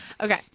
Okay